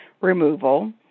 removal